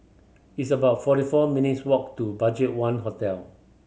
it's about forty four minutes' walk to BudgetOne Hotel